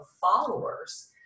followers